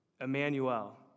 Emmanuel